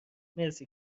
مرسی